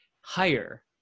higher